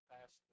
past